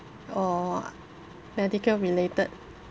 or medical related